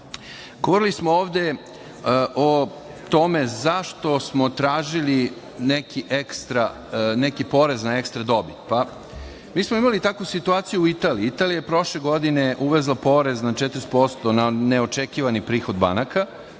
smo ovde o tome zašto smo tražili neki porez na ekstra dobit? Pa, mi smo imali takvu situaciju u Italiji. Italija je prošle godine uvela porez na 40% na neočekivani prihod banaka,